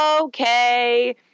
Okay